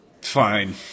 Fine